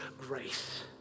grace